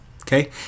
okay